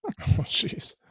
jeez